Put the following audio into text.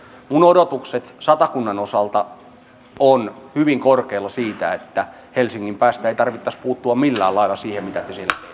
minun odotukseni satakunnan osalta ovat hyvin korkealla sen suhteen että helsingin päästä ei tarvitsisi puuttua millään lailla siihen mitä